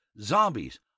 zombies